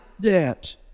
debt